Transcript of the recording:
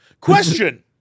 Question